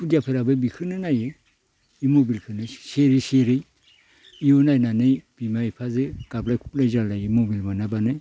खुदियाफोराबो बेखोनो नायो बे मबाइलखोनो सेरै सेरै इयाव नायनानै बिमा बिफाजो गाबलाय खबलाय जालायो मबाइल मोनाब्लानो